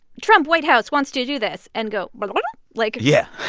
trump white house wants to do this and go but like? yeah.